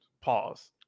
pause